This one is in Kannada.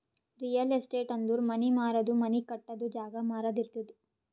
ರಿಯಲ್ ಎಸ್ಟೇಟ್ ಅಂದುರ್ ಮನಿ ಮಾರದು, ಮನಿ ಕಟ್ಟದು, ಜಾಗ ಮಾರಾದು ಇರ್ತುದ್